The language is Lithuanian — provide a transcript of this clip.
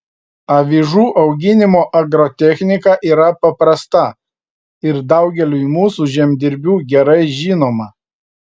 avižų auginimo agrotechnika yra paprasta ir daugeliui mūsų žemdirbių gerai žinoma